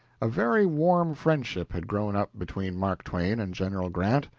a very warm friendship had grown up between mark twain and general grant.